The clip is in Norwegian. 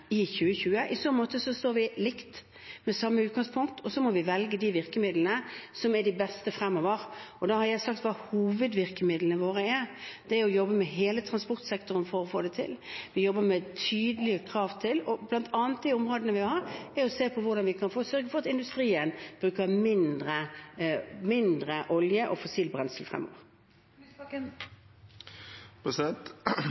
i 2020. I så måte står vi likt, med samme utgangspunkt, og så må vi velge de virkemidlene som er de beste fremover. Da har jeg sagt hva hovedvirkemidlene våre er. Det er å jobbe med hele transportsektoren for å få det til. Vi jobber med tydelige krav. Et av områdene er bl.a. å se på hvordan vi kan sørge for at industrien bruker mindre olje og fossilt brensel fremover.